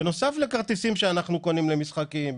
בנוסף לכרטיסים שאנחנו קונים למשחקים,